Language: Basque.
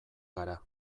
gara